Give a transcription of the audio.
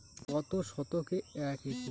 কত শতকে এক একর?